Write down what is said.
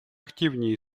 активнее